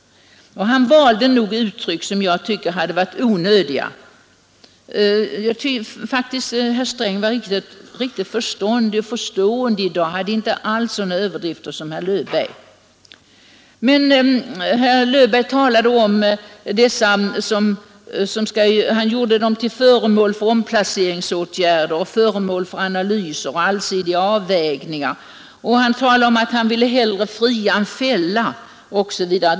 Han valde uttryck som var onödiga. Herr Sträng var mer förståndig och förstående i dag och gjorde sig inte skyldig till samma överdrifter som herr Löfberg. Herr Löfberg gjorde de berörda människorna till föremål för ”omplaceringsåtgärder, analyser, allsidiga avvägningar”, han ville ”hellre fria än fälla” osv.